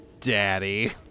Daddy